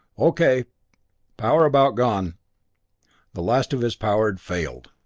o k power about gone the last of his power had failed!